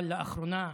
אבל לאחרונה,